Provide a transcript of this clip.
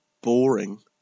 boring